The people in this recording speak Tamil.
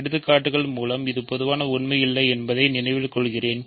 எடுத்துக்காட்டு மூலம் இது பொதுவாக உண்மை இல்லை என்பதை நினைவில் கொள்கிறேன்